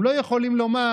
הם לא יכולים לומר: